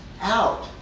out